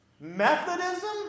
Methodism